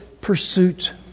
pursuit